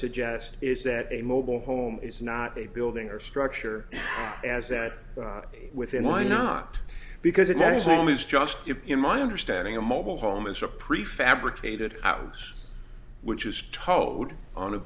suggest is that a mobile home is not a building or structure as that within why not because it is always just in my understanding a mobile home is a pre fabricated house which is towed on a